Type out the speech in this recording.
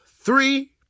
three